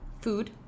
Food